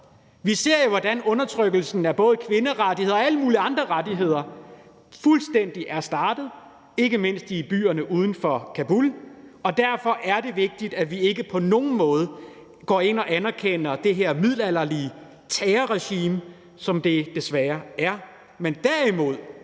Vi ser jo, at undertrykkelsen af både kvinderettigheder og alle mulige andre rettigheder er startet, ikke mindst i byerne uden for Kabul, og derfor er det vigtigt, at vi ikke på nogen måde går ind og anerkender det her middelalderlige terrorregime, som det desværre er,